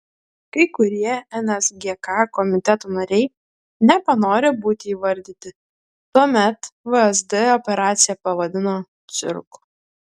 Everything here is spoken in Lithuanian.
kai kurie nsgk komiteto nariai nepanorę būti įvardyti tuomet vsd operaciją pavadino cirku